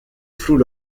floues